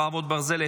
חרבות ברזל),